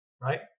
right